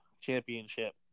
championship